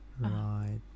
Right